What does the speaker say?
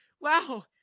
wow